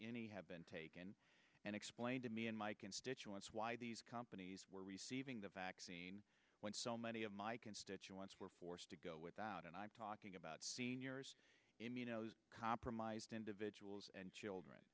any have been taken and explain to me and my constituents why these companies were receiving the vaccine when so many of my constituents were forced to go without and i'm talking about seniors immuno compromised individuals and children